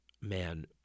man